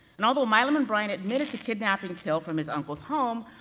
and although milam and bryant admitted to kidnapping till from his uncle's home,